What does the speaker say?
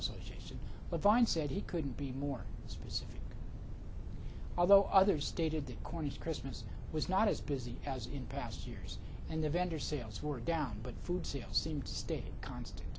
association but vine said he couldn't be more specific although others stated the cornice christmas was not as busy as in past years and the vendor sales were down but food sales seemed to stay constant